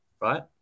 Right